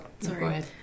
sorry